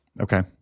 Okay